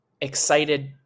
excited